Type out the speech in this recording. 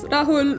Rahul